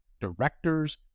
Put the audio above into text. directors